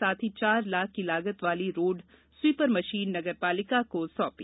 साथ ही चार लाख की लागत वाली रोड़ स्वीपर मशीन नगर पालिका को सौंपी